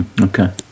Okay